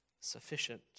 sufficient